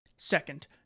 Second